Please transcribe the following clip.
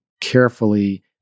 carefully